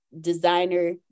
designer